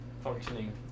functioning